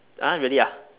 !huh! really ah